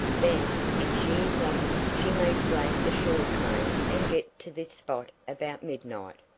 then, if she is lucky, she may flag the shore train and get to this spot about midnight.